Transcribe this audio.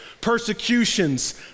persecutions